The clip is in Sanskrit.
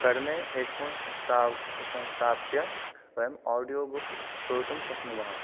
कर्णे हेड् फ़ोन्स् संस्ता संस्थाप्य वयम् आडियो बुक् श्रोतुं शक्नुवः